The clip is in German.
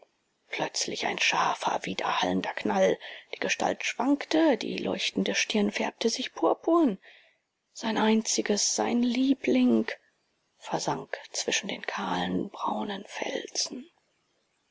plötzlich ein scharfer widerhallender knall die gestalt schwankte die leuchtende stirn färbte sich purpurn sein einziges sein liebling versank zwischen den kahlen braunen felsen